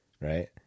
right